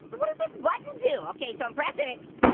so what does this button do? ok. so, i'm pressing it.